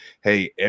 Hey